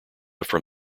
from